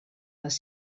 les